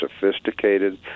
sophisticated